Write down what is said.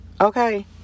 Okay